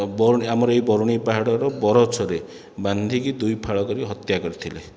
ବରୁଣେଇ ଆମର ଏଇ ବରୁଣେଇ ପାହାଡ଼ର ବରଗଛରେ ବାନ୍ଧିକି ଦୁଇ ଫାଳ କରିକି ହତ୍ୟା କରିଥିଲେ